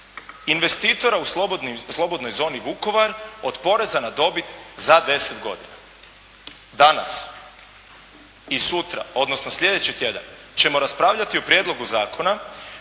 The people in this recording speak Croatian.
investitora u slobodnoj zoni Vukovar od poreza na dobit za 10 godine. Danas i sutra, odnosno sljedeći tjedan ćemo raspravljati o prijedlogu zakona